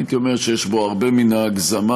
הייתי אומר שיש בו הרבה מן ההגזמה,